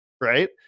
Right